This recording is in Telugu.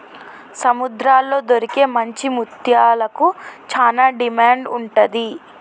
సముద్రాల్లో దొరికే మంచి ముత్యాలకు చానా డిమాండ్ ఉంటది